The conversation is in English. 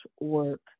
work